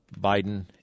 Biden